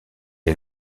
est